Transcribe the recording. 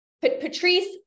Patrice